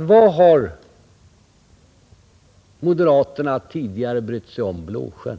Vad har moderaterna tidigare brytt sig om Blåsjön?